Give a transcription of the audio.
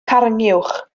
carnguwch